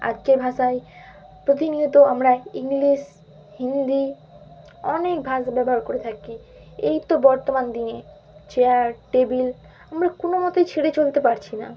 আজকের ভাষায় প্রতিনিয়ত আমরা ইংলিশ হিন্দি অনেক ভাষা ব্যবহার করে থাকি এই তো বর্তমান দিনে চেয়ার টেবিল আমরা কোনো মতোই ছেড়ে চলতে পারছি না